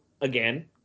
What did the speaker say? again